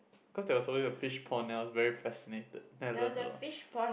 cause there was always a fish pond and I was very fascinated then I learn a lot